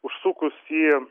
užsukus į